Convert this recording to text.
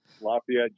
Lafayette